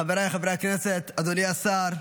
חבריי חברי הכנסת, אדוני השר,